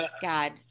God